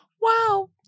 wow